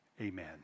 amen